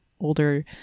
older